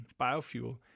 biofuel